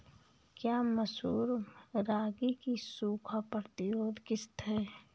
क्या मसूर रागी की सूखा प्रतिरोध किश्त है?